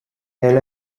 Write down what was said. elle